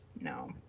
no